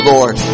Lord